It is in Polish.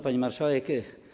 Pani Marszałek!